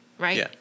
right